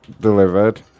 delivered